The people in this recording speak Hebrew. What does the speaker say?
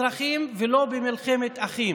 לא במלחמת אזרחים ולא במלחמת אחים.